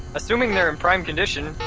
assuming they're in prime condition,